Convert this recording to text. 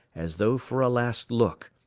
as though for a last look,